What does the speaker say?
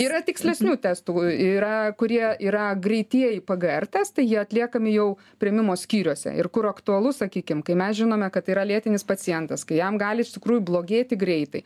yra tikslesnių testų yra kurie yra greitieji pgr testai jie atliekami jau priėmimo skyriuose ir kur aktualu sakykim kai mes žinome kad tai yra lėtinis pacientas kai jam gali iš tikrųjų blogėti greitai